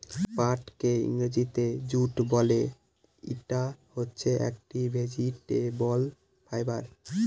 পাটকে ইংরেজিতে জুট বলে, ইটা হচ্ছে একটি ভেজিটেবল ফাইবার